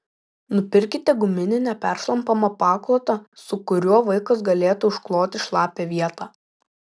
nupirkite guminį neperšlampamą paklotą su kuriuo vaikas galėtų užkloti šlapią vietą